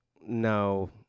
No